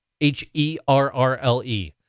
H-E-R-R-L-E